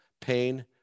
pain